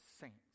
saints